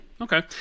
Okay